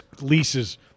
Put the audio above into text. leases